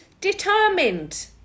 determined